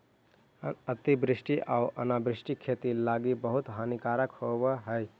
अतिवृष्टि आउ अनावृष्टि खेती लागी बहुत हानिकारक होब हई